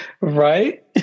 right